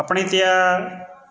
આપણે ત્યાં